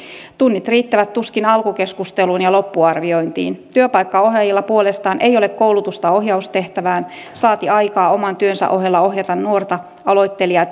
tunnit riittävät tuskin alkukeskusteluun ja loppuarviointiin työpaikkaohjaajilla puolestaan ei ole koulutusta ohjaustehtävään saati aikaa oman työnsä ohella ohjata nuorta aloittelijaa